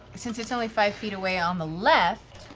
since it's only five feet away on the left,